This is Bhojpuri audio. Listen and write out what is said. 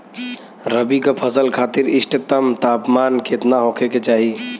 रबी क फसल खातिर इष्टतम तापमान केतना होखे के चाही?